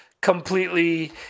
completely